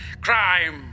Crime